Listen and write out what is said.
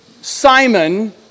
Simon